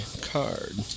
card